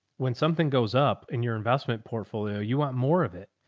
when something goes up in your investment portfolio, you want more of it?